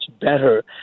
better